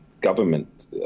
government